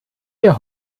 wir